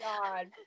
god